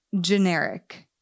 Generic